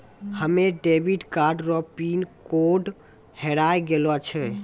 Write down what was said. हमे debit card रो pin code हेराय गेलो छै